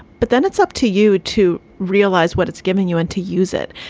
but then it's up to you to realize what it's giving you and to use it.